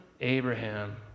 Abraham